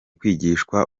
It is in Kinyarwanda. kwigishwa